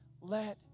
let